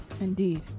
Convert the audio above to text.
Indeed